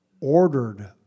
ordered